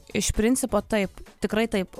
iš principo taip tikrai taip